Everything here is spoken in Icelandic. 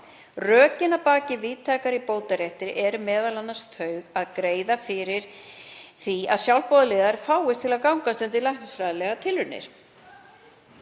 Rökin að baki víðtækari bótarétti eru m.a. þau að greiða fyrir því að sjálfboðaliðar fáist til að gangast undir læknisfræðilegar tilraunir.